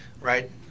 right